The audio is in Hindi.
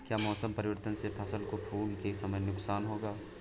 क्या मौसम परिवर्तन से फसल को फूल के समय नुकसान होगा?